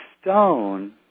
stone